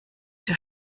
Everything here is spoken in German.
der